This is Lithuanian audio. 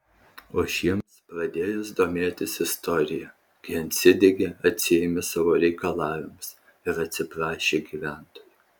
o šiems pradėjus domėtis istorija gjensidige atsiėmė savo reikalavimus ir atsiprašė gyventojų